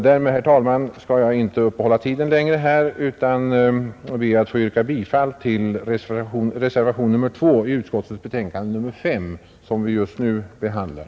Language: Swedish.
Därmed, herr talman, skall jag inte uppehålla tiden längre utan ber att få yrka bifall till reservationen 2 i utskottets betänkande nr 5, som vi just nu behandlar.